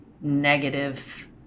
negative